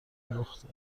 لخته